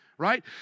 right